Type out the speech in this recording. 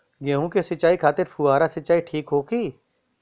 गेहूँ के सिंचाई खातिर फुहारा सिंचाई ठीक होखि?